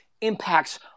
impacts